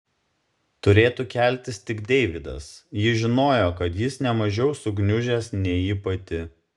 turėtų keltis tik deividas ji žinojo kad jis ne mažiau sugniužęs nei ji pati